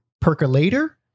Percolator